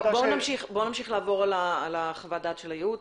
בואו נמשיך לעבור על חוות הדעת של הייעוץ.